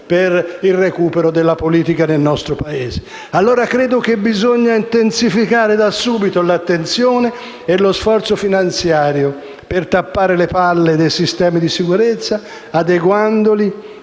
per il recupero della politica nel nostro Paese. Credo quindi che occorra intensificare da subito l'attenzione e lo sforzo finanziario per tappare le falle nei sistemi di sicurezza, adeguandoli